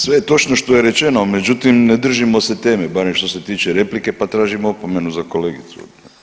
Sve je točno što je rečeno, međutim ne držimo se teme barem što se tiče replike pa tražim opomenu za kolegicu.